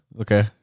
Okay